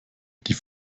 die